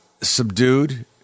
subdued